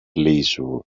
leisure